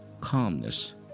calmness